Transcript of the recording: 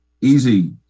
easy